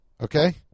Okay